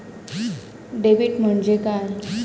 Debit म्हणजे काय?